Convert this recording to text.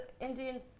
Indian